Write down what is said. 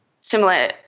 similar